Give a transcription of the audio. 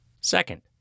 Second